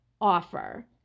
offer